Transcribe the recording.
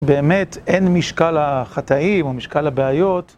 באמת, אין משקל לחטאים או משקל לבעיות.